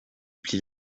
plie